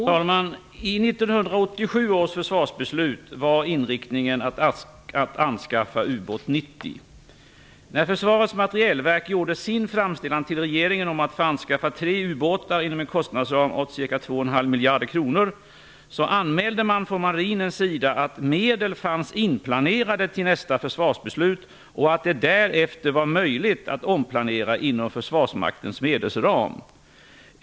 Fru talman! I 1987 års försvarsbeslut var inriktningen att anskaffa ubåt 90. När Försvarets materielverk gjorde sin framställning till regeringen om att få anskaffa tre ubåtar inom en kostnadsram på 2,5 miljarder kronor, anmälde man från marinens sida att medel fanns inplanerade till nästa försvarsbeslut och att det därefter var möjligt att omplanera inom Försvarsmaktens medelsram.